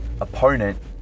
opponent